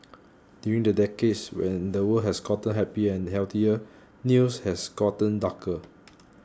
during the decades when the world has gotten happier and healthier news has gotten darker